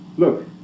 look